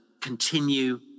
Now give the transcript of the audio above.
continue